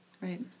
Right